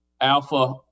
alpha